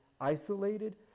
isolated